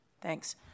Thanks